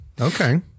Okay